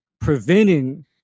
preventing